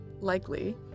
likely